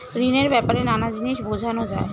ঋণের ব্যাপারে নানা জিনিস বোঝানো যায়